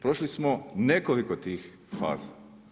Prošli smo nekoliko tih faza.